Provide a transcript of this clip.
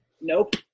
Nope